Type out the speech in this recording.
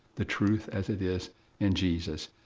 the truth as it is in jesus.